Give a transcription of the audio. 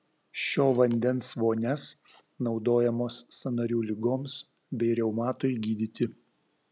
šio vandens vonias naudojamos sąnarių ligoms bei reumatui gydyti